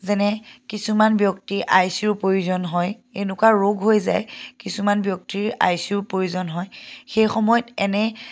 যেনে কিছুমান ব্যক্তিৰ আই চি ইউ প্ৰয়োজন হয় এনেকুৱা ৰোগ হৈ যায় কিছুমান ব্যক্তিৰ আই চি ইউ প্ৰয়োজন হয় সেই সময়ত এনে